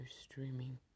streaming